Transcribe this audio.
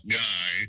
guy